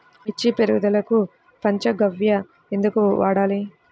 మిర్చి ఎదుగుదలకు పంచ గవ్య ఎందుకు వాడాలి?